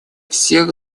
всех